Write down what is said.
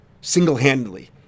single-handedly